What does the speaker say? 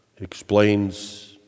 explains